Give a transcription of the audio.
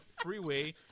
freeway